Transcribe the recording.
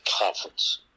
conference